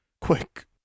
quick